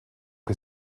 que